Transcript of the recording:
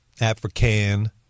African